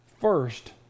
first